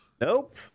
Nope